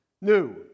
new